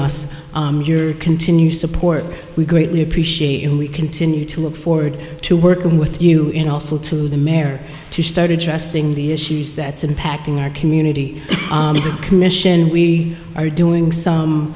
us your continued support we greatly appreciate and we continue to look forward to working with you in also to the mayor to start addressing the issues that's impacting our community the commission we are doing some